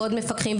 ועוד מפקחים,